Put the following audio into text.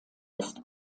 ist